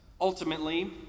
ultimately